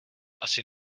asi